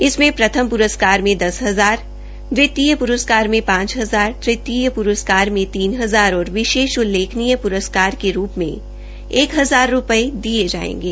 इसमें प्रथम प्रस्कार में दस हजार दितीय प्रस्कार में पांच हजार तृतीय प्रस्कार में तीन हजार और विशेष उल्लेखनीय प्रस्कार के रूप में एक हजार रूपये दिये जायेंगे